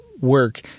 work